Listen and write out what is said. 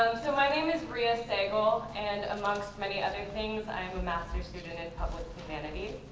um so my name is reya sehgal, and amongst many other things, i am a master student in public humanities.